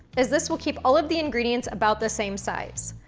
as this will keep all of the ingredients about the same size.